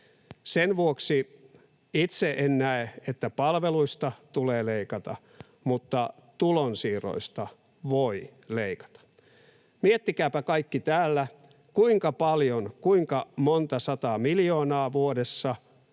Sen vuoksi itse en näe, että palveluista tulee leikata. Mutta tulonsiirroista voi leikata. Miettikääpä kaikki täällä, kuinka paljon, kuinka monta sataa miljoonaa vuodessa